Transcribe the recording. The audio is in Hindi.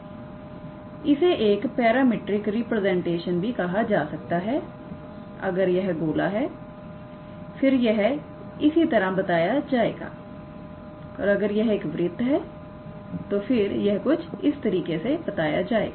इसे एक पैरामेट्रिक रिप्रेजेंटेशन भी कहा जा सकता है अगर यह एक गोला है फिर यह इसी तरह बताया जाएगा अगर यह एक वृत्त है तो फिर यह कुछ इस तरीके से बताया जाएगा